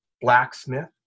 Blacksmith